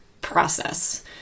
process